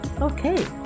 okay